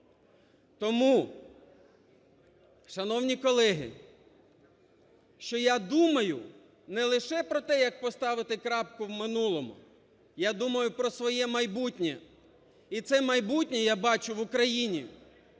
Тому, шановні колеги, що я думаю, не лише про те, як поставити крапку в минулому, я думаю про своє майбутнє. І це майбутнє я бачу в Україні.